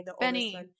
Benny